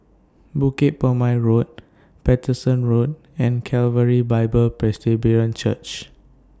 Bukit Purmei Road Paterson Road and Calvary Bible Presbyterian Church